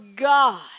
God